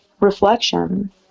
reflection